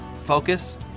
focus